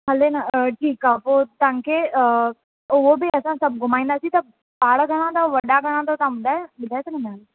हले न अ ठीकु आहे पोइ तव्हां खे उहो बि असां सभु घुमाईंदासीं त ॿार घणा अथव वॾा घणा अथव तव्हां ॿुधाए ॿुधाए सघंदा आहियो